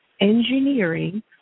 engineering